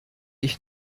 ich